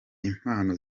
impano